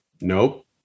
Nope